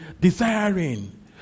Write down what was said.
Desiring